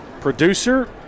producer